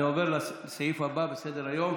אני עובר לסעיף הבא על סדר-היום